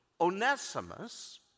Onesimus